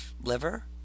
liver